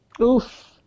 Oof